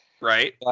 right